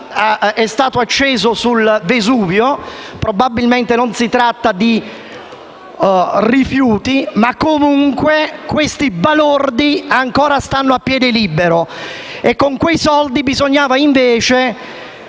purtroppo, è stato accesso sul Vesuvio. Probabilmente non si tratta di rifiuti, ma comunque questi balordi ancora stanno a piede libero. Con quei soldi bisognava invece